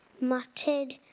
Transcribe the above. muttered